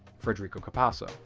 frederico capasso.